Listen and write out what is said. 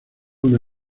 una